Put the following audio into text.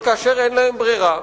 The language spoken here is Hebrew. אבל כאשר אין להם ברירה,